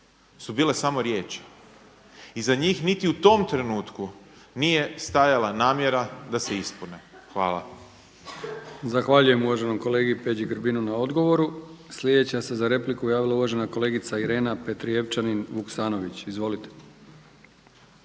su bile samo riječi i za njih niti u tom trenutku nije stajala namjera da se ispune. Hvala. **Brkić, Milijan (HDZ)** Zahvaljujem uvaženom kolegi Peđi Grbinu na odgovoru. Sljedeća se za repliku javila uvažena kolegica Irena Petrijevčanin Vuksanović. Izvolite.